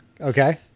Okay